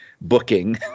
booking